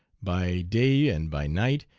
by day and by night,